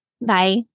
Bye